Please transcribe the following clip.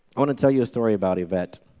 want to tell you a story about yvette.